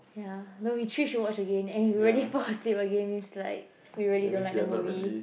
ya no we chose to watch it again and if we really fall asleep again it's like we really don't like the movie